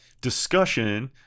discussion